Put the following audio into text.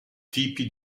tipi